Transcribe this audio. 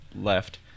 left